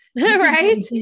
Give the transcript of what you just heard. right